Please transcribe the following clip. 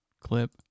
clip